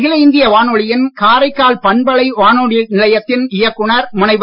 அகில இந்திய வானொலியின் காரைக்கால் பண்பலை வானொலி நிலையத்தின் இயக்குனர் முனைவர்